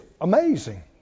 amazing